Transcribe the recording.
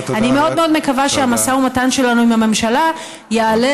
אני מאוד מקווה שהמשא ומתן שלנו עם הממשלה יעלה,